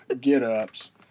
get-ups